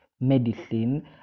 medicine